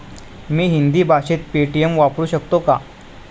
मी हिंदी भाषेत पेटीएम वापरू शकतो का?